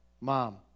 Mom